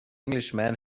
englishman